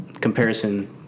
comparison